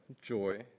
joy